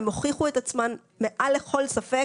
הן הוכיחו את עצמן מעל לכל ספק.